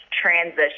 transition